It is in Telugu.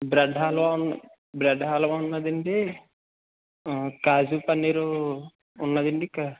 బ్రెడ్ హల్వా ఉన్న బ్రెడ్ హల్వా ఉన్నాదండి కాజు పన్నీరు ఉన్నాదండి ఇంక